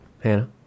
Hannah